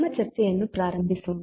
ನಮ್ಮ ಚರ್ಚೆಯನ್ನು ಪ್ರಾರಂಭಿಸೋಣ